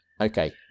Okay